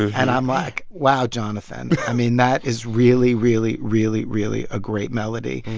and i'm like, wow, jonathan. i mean, that is really, really, really, really a great melody.